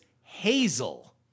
Hazel